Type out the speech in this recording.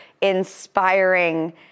inspiring